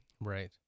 right